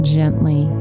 gently